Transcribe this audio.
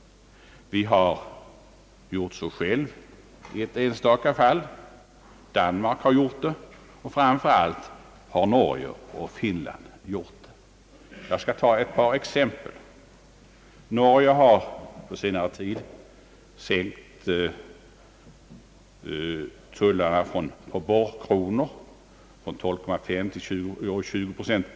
Vi har gjort så själva i ett enstaka fall, Danmark har gjort det och framför allt har Norge och Finland gjort det. Jag skall ta ett par exempel. Norge har på senare tid avskaffat tullarna på borrkronor, som tidigare uppgick till mellan 12,5 och 20 procent.